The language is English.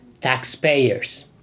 taxpayers